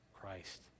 Christ